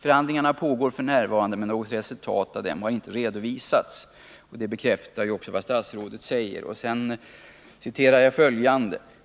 Förhandlingarna pågår för närvarande, men något resultat av dem har inte redovisats.” Det bekräftar vad statsrådet säger.